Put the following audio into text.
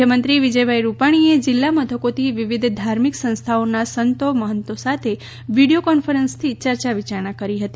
મુખ્યમંત્રી વિજય રૂપાણીએ જીલ્લા મથકોથી વિવિધ ધાર્મિક સંસ્થાઓના સંતો મહંતો સાથે વિડિયો કોન્ફરન્સથી ચર્ચા વિચારણા કરી હતી